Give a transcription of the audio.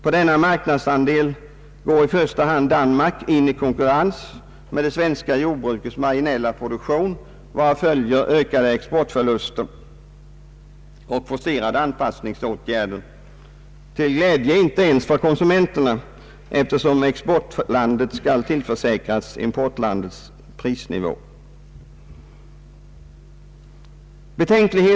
På denna marknadsandel går i första hand Danmark in i konkurrens med det svenska jordbrukets marginella produktion, varav följer ökade exportförluster och forcerade anpassningsåtgärder till glädje inte ens för konsumenterna, eftersom e€xportlandet skall tillförsäkras importlandets prisnivå.